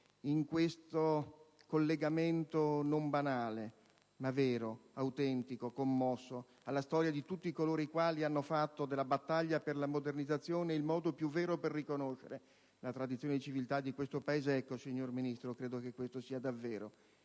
in questo collegamento non banale, ma vero, autentico, commosso, alla storia di tutti coloro i quali hanno fatto della battaglia per la modernizzazione stia il modo più vero per riconoscere la tradizione di civiltà del nostro Paese: credo, signor Ministro, che in questo stia davvero